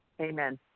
Amen